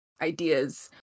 ideas